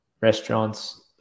restaurants